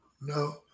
no